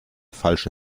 falsche